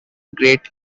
great